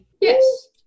yes